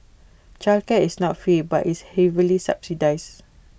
childcare is not free but is heavily subsidised